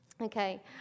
Okay